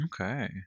Okay